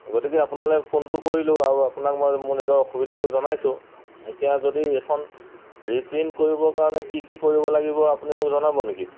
গতিকে আপোনালৈ ফোনটো কৰিলোঁ আৰু আপোনাক মই মোৰ নিজৰ অসুবিধাটো জনাইছোঁ এতিয়া যদি এইখন ৰিপ্ৰিণ্ট কৰিবৰ কাৰণে কি কি কৰিব লাগিব আপুনি মোক জনাব নেকি